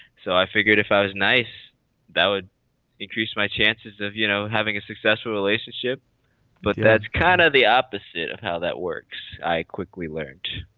so i figured if i was nice that would increase my chances of you know having a successful relationship but that's kind of the opposite of how that works. i quickly learned